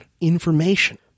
information